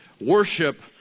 Worship